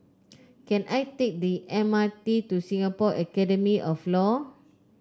can I take the M R T to Singapore Academy of Law